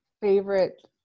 favorite